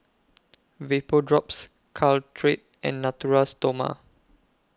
Vapodrops Caltrate and Natura Stoma